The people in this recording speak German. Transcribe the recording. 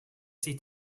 sieht